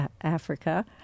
Africa